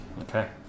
Okay